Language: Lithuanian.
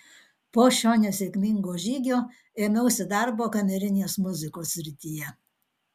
po šio nesėkmingo žygio ėmiausi darbo kamerinės muzikos srityje